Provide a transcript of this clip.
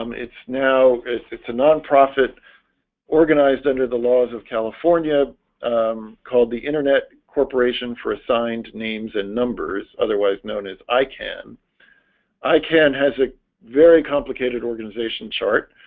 um it's now it's a non-profit organized under the laws of california called the internet corporation for assigned names and numbers otherwise known as i can i can has a very complicated organization chart?